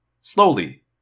Slowly